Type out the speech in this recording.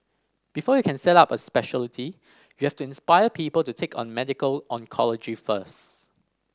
before you can set up a speciality you have to inspire people to take on medical oncology first